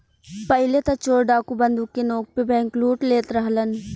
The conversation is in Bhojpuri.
पहिले त चोर डाकू बंदूक के नोक पे बैंकलूट लेत रहलन